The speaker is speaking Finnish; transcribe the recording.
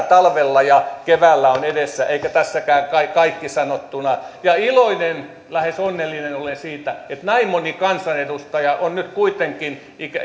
talvella ja keväällä on edessä eikä tässäkään kai ole kaikki sanottuna iloinen lähes onnellinen olen siitä että näin moni kansanedustaja on nyt kuitenkin